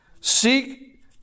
Seek